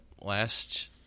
last